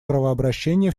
кровообращения